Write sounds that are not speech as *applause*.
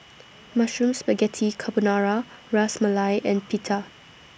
Mushroom Spaghetti Carbonara *noise* Ras Malai and Pita